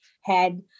head